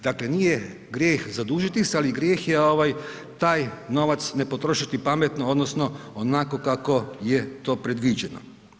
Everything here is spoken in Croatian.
Dakle nije grijeh zadužiti se, ali grijeh je taj novac ne potrošiti pametno, odnosno onako kako je to predviđeno.